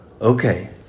Okay